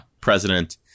president